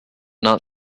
not